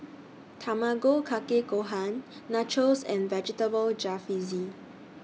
Tamago Kake Gohan Nachos and Vegetable Jalfrezi